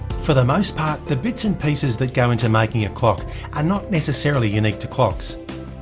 for the most part, the bits and pieces that go into making a clock are not necessarily unique to clocks.